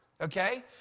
okay